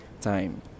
time